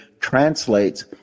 translates